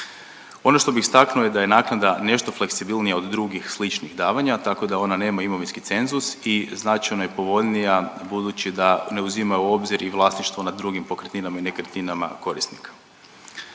Ono što bih istaknuo da je naknanda nešto fleksibilnija od drugih sličnih davanja, tako da ona nema imovinski cenzus i značajno je povoljnija budući da ne uzima u obzir i vlasništvo nad drugim pokretninama i nekretninama korisnika.